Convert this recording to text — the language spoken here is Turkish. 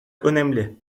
önemli